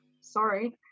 sorry